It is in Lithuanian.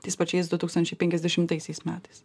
tais pačiais du tūkstančiai penkiasdešimtaisiais metais